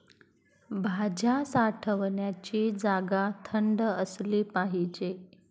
भाज्या साठवण्याची जागा थंड असली पाहिजे